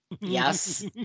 Yes